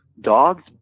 dogs